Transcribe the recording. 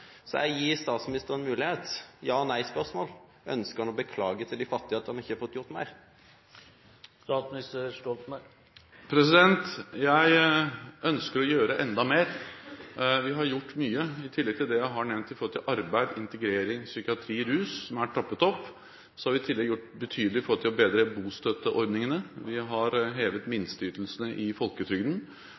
Så jeg gir statsministeren muligheten – det er et ja/nei-spørsmål: Ønsker han å beklage til de fattige at han ikke har fått gjort mer? Jeg ønsker å gjøre enda mer. Vi har gjort mye. I tillegg til det jeg har nevnt innen arbeid, integrering, psykiatri og rustiltak som er trappet opp, har vi gjort betydelig for å bedre bostøtteordningene, vi har hevet minsteytelsene i folketrygden,